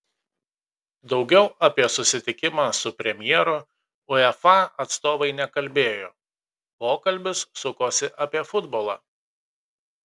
daugiau apie susitikimą su premjeru uefa atstovai nekalbėjo pokalbis sukosi apie futbolą